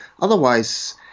Otherwise